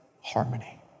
harmony